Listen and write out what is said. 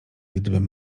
gdybym